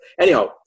Anyhow